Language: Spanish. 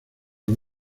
los